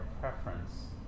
preference